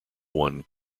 one